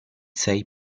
sei